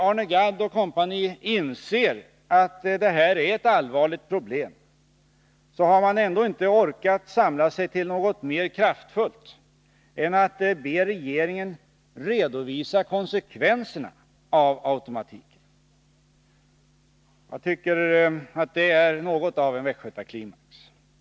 Arne Gadd och kompani inser att det här är ett allvarligt problem, men de har ändå inte orkat samla sig till något mer kraftfullt än att be regeringen redovisa konsekvenserna av automatiken. Jag tycker att det är något av en västgötaklimax.